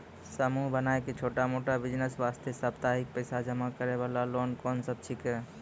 समूह बनाय के छोटा मोटा बिज़नेस वास्ते साप्ताहिक पैसा जमा करे वाला लोन कोंन सब छीके?